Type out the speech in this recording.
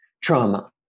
trauma